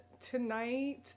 Tonight